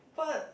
but